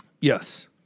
yes